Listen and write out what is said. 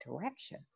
direction